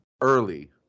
early